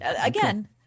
Again